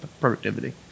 productivity